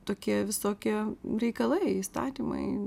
tokie visokie reikalai įstatymai